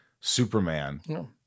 Superman